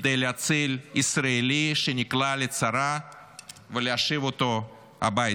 כדי להציל ישראלי שנקלע לצרה ולהשיב אותו הביתה.